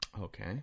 Okay